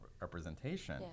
representation